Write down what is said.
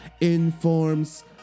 informs